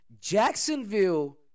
Jacksonville